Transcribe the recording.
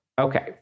Okay